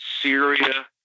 Syria